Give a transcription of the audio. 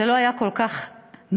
זה לא היה כל כך נורא.